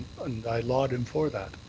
and i laud him for that.